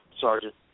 sergeant